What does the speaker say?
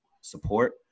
support